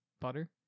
butter